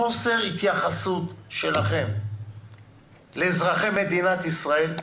חוסר התייחסות שלכם לאזרחי מדינת ישראל,